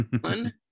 one